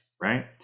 Right